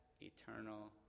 eternal